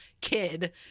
kid